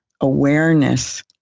awareness